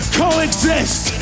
coexist